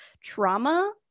trauma